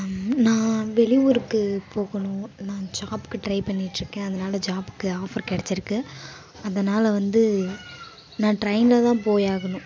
நான் வெளியூருக்கு போகணும் நான் ஜாபுக்கு ட்ரை பண்ணிட்டுருக்கேன் அதனால் ஜாபுக்கு ஆஃபர் கிடச்சிருக்கு அதனால் வந்து நான் ட்ரெயினில் தான் போயாகணும்